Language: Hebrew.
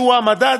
שהוא המדד,